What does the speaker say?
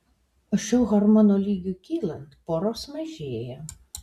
šio hormono lygiui kylant poros mažėja